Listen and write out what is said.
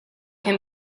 can